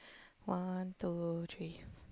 one two three